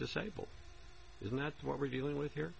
disabled isn't that what we're dealing with here